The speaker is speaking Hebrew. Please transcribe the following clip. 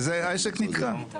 העסק נתקע.